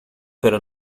pero